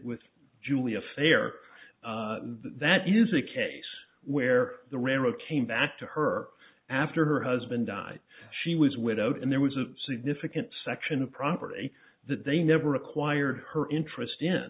with julie affair that is a case where the railroad came back to her after her husband died she was widowed and there was a significant section of property that they never acquired her interest